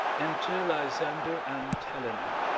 enter lysander and helena